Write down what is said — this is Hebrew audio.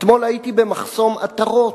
אתמול הייתי במחסום עטרות.